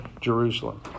Jerusalem